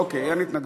אוקיי, אין התנגדות.